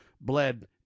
bled